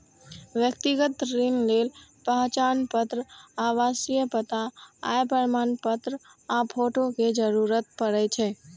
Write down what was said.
व्यक्तिगत ऋण लेल पहचान पत्र, आवासीय पता, आय प्रमाणपत्र आ फोटो के जरूरत पड़ै छै